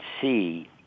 see